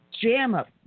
jam-up